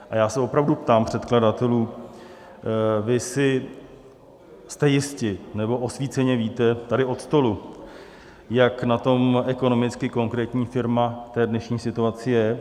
A já se ptám předkladatelů: Vy si jste jisti, nebo osvíceně víte tady od stolu, jak na tom ekonomicky konkrétní firma v té dnešní situaci je?